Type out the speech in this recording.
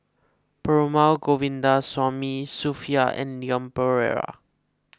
Perumal Govindaswamy Sophia and Leon Perera